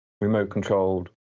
remote-controlled